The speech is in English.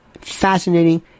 fascinating